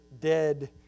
dead